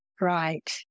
Right